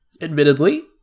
admittedly